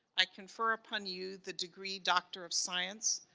i confer upon you the degree doctor of science,